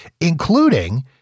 including